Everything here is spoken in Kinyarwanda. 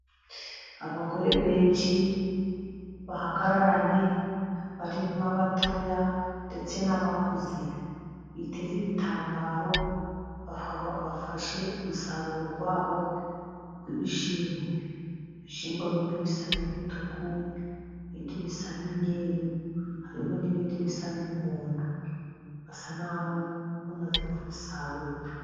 Abagore benshi bahagararanye barimo abatoya ndetse n'abakuze, biteze ibitambaro bafashe umusaruro wabo w'ibishyimbo. Ibishyimbo bimwe bisa n'imituku ibindi bisa n'imyeru harimo n'ibindi bisa n'umuhondo, basa naho bamaze kubisarura.